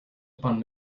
upon